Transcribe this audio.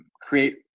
create